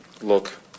look